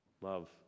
love